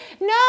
No